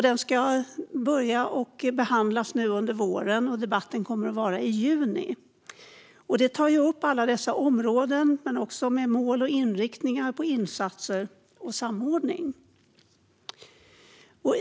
Den ska behandlas nu under våren och debatteras i juni. Den tar upp alla dessa områden med mål, inriktning på insatser och samordning.